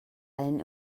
allem